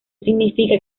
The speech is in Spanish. significa